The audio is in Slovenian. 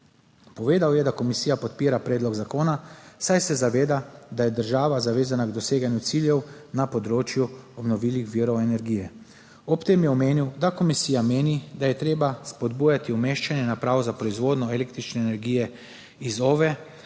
Povedal je, da komisija podpira predlog zakona, saj se zaveda, da je država zavezana k doseganju ciljev na področju obnovljivih virov energije. Ob tem je omenil, da komisija meni, da je treba spodbujati umeščanje naprav za proizvodnjo električne energije iz OVE